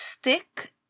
stick